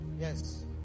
Yes